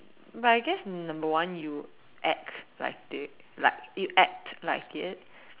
but I guess number one you act like it like you act like it